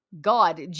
God